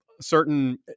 certain